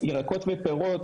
ירקות ופירות,